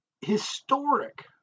Historic